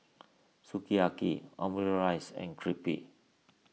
Sukiyaki Omurice and Crepe